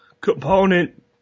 component